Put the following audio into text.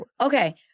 Okay